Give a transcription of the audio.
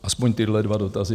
Aspoň tyhle dva dotazy.